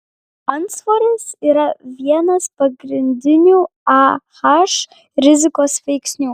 antsvoris yra vienas pagrindinių ah rizikos veiksnių